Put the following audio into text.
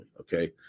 Okay